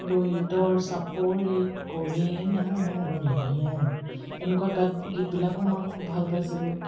লুইতৰ চাপৰিত ক'ৰে নাৱৰীয়া এনেকুৱা গাত গীতবিলাকো মই খুব ভাল পাইছিলোঁ